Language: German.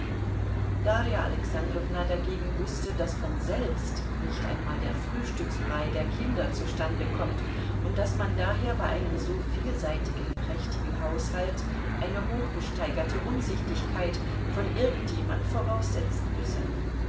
darja alexandrowna dagegen wußte daß von selbst nicht einmal der frühstücksbrei der kinder zustande kommt und daß man daher bei einem so vielseitigen prächtigen haushalt eine hochgesteigerte umsichtigkeit von irgend jemand voraussetzen müsse